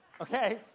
okay